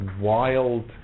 wild